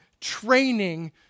training